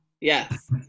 Yes